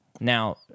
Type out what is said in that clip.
Now